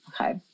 Okay